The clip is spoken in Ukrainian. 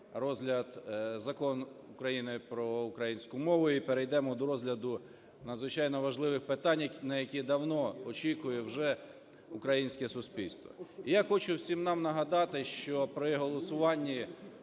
розгляд Закону України про українську мову і перейдемо до розгляду надзвичайно важливих питань, на які давно очікує вже українське суспільство. І я хочу всім нам нагадати, що при голосуванні